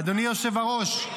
אדוני היושב-ראש,